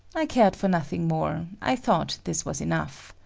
i cared for nothing more i thought this was enough.